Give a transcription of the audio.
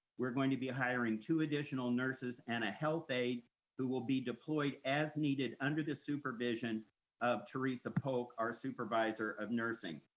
we're going to be hiring two additional nurses and a health aide who will be deployed as needed under the supervision of teresa polk, our supervisor of nursing.